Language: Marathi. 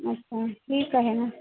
अच्छा ठीक आहे ना